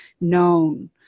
known